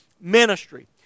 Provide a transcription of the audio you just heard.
ministry